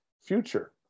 future